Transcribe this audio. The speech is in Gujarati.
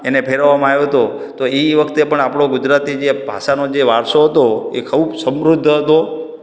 એને ફેરવવામાં આવ્યો તો તો એ વખતે પણ આપણો ગુજરાતી જે ભાષાનો જે વારસો હતો એ ખૂબ સમૃદ્ધ હતો